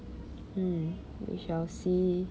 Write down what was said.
mm we shall see